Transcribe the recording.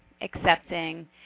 accepting